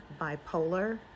bipolar